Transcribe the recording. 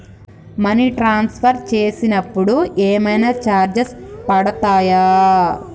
Money transfer చేసినప్పుడు ఏమైనా charges పడతయా?